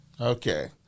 Okay